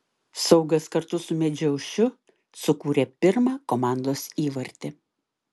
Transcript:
saugas kartu su medžiaušiu sukūrė pirmą komandos įvartį